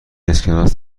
اسکناس